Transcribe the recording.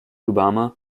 obama